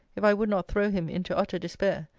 if i would not throw him into utter despair,